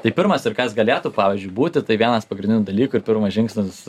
tai pirmas ir kas galėtų pavyzdžiui būti tai vienas pagrindinių dalykų ir pirmas žingsnis